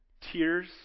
tears